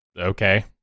okay